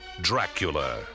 Dracula